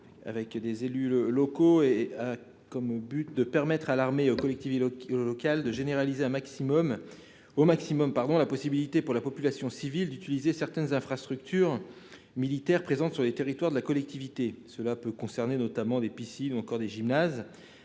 avec des élus locaux, vise à permettre à l'armée et aux collectivités locales de généraliser au maximum la possibilité pour la population civile d'utiliser certaines infrastructures militaires présentes sur les territoires de la collectivité. Cela peut concerner notamment des piscines ou encore des gymnases.